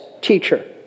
teacher